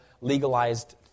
legalized